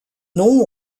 nom